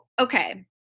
okay